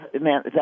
Man